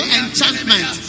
enchantment